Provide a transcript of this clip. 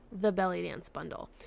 TheBellyDanceBundle